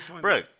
Bro